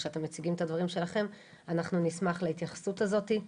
כשאתם מציגים את הדברים שלכם אנחנו נשמח להתייחסות הזאת.